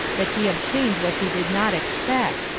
that he obtained what he did not expect,